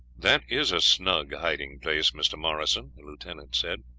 that is a snug hiding place, mr. morrison, the lieutenant said.